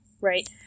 right